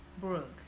Brooke